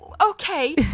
okay